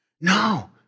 No